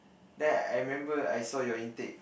then I remember I saw your intake